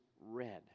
red